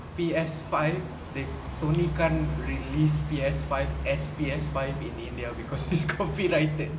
P_S five they Sony can't release P_S five as P_S five in india because it's copyrighted